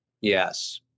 Yes